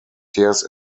tears